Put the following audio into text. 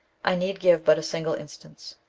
i need give but a single instance.